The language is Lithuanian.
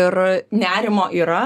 ir nerimo yra